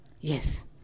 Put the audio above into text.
Yes